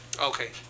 Okay